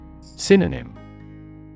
Synonym